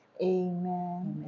Amen